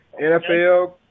NFL